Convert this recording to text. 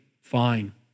fine